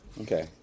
Okay